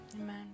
Amen